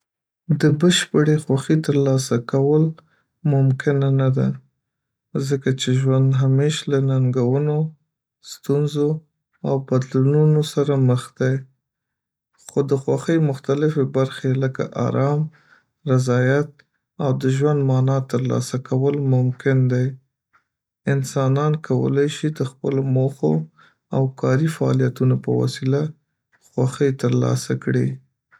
د بشپړې خوښۍ ترلاسه کول ممکنه نه ده، ځکه چې ژوند همیشه له ننګونو، ستونزو او بدلونونو سره مخ دی. خو د خوښۍ مختلفې برخې لکه آرام، رضايت، او د ژوند معنا ترلاسه کول ممکن دی. انسانان کولی شي د خپلو موخو او کاري فعالیتونو په وسیله خوښۍ ترلاسه کړي.